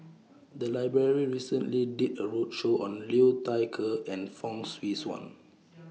The Library recently did A roadshow on Liu Thai Ker and Fong Swee Suan